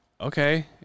okay